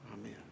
Amen